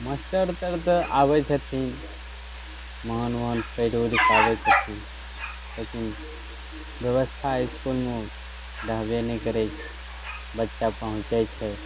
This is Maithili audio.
मास्टर तर तऽ आबैत छथिन महान ओहन पहिर ओढ़ि कऽ आबैत छथिन लेकिन बेबस्था इसकुलमे रहबे नहि करैत छै बच्चा पहुँचैत छै